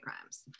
crimes